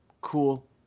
cool